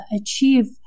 achieve